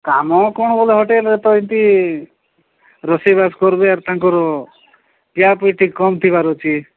କାମ କ'ଣ କହିଲେ ହୋଟେଲରେ ତ ଏମିତି ରୋଷେଇବାସ କରିବେ ଆଉ ତାଙ୍କର ପିଆପିଇ ଟିକେ କମ୍ ଥିବାର ଅଛି